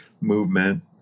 movement